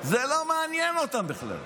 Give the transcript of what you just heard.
זה לא מעניין אותם בכלל.